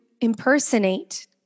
impersonate